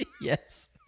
Yes